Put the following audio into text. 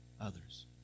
others